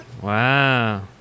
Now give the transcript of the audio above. Wow